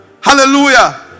Hallelujah